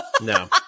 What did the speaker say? No